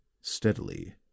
steadily